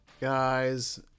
guys